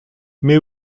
mais